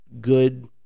good